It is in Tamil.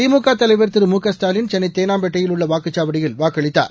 திமுக தலைவர் திரு மு க ஸ்டாலின் சென்னை தேனாம்பேட்டையில் உள்ள வாக்குச்சாவடியில் வாக்களித்தார்